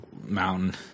mountain